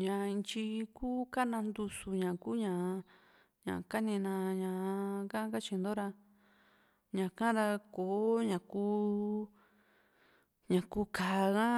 ña ntyi kuu kana ntusu ña ku ña ñá ñakanina ñaa ñaka katyinto ra ñaka ra ko´ña kuu ñaku ka´a ha